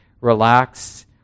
relax